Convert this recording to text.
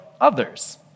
others